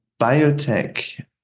biotech